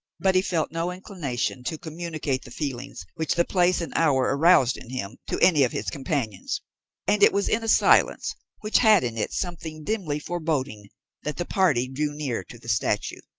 but he felt no inclination to communicate the feelings which the place and hour aroused in him to any of his companions and it was in a silence which had in it something dimly foreboding that the party drew near to the statue.